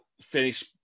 finish